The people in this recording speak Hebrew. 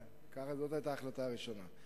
כך אומרת ההחלטה הראשונה.